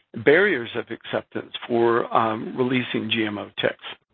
barriers of acceptance for releasing gmo ticks.